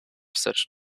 such